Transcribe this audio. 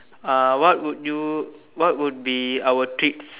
uh what would you what would be our treats